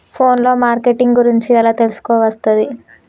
Phone లో marketing గురించి ఎలా తెలుసుకోవస్తది?